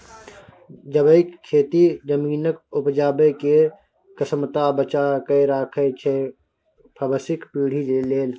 जैबिक खेती जमीनक उपजाबै केर क्षमता बचा कए राखय छै भबिसक पीढ़ी लेल